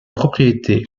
propriétés